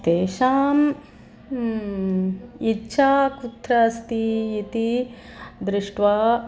तेषाम् इच्छा कुत्र अस्ति इति दृष्ट्वा